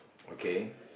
okay